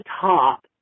top